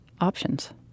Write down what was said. options